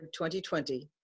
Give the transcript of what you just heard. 2020